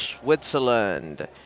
Switzerland